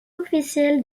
officiel